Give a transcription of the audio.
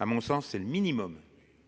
À mon sens, c'est le minimum